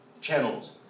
channels